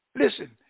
Listen